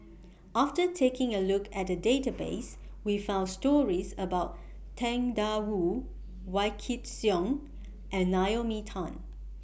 after taking A Look At The Database We found stories about Tang DA Wu Wykidd Song and Naomi Tan